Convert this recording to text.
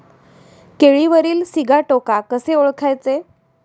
केळीवरील सिगाटोका कसे ओळखायचे?